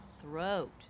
Throat